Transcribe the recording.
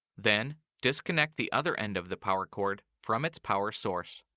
then, disconnect the other end of the power cord from its power source.